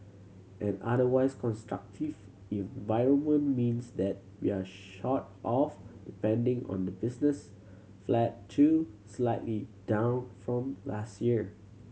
an otherwise constructive environment means that we're sort of depending on the business flat to slightly down from last year